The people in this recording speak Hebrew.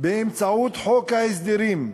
באמצעות חוק ההסדרים,